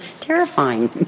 terrifying